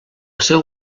seu